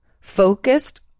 focused